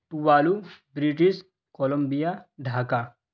Tuvalu British Columbia Dhaka